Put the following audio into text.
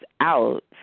out